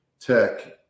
Tech